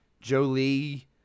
Jolie